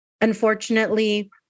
unfortunately